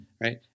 right